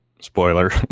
Spoiler